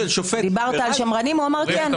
דיברת על שמרנים, הוא אמר כן.